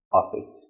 office